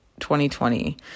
2020